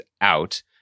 out